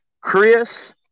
Chris